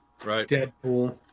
Deadpool